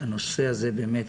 הנושא הזה באמת,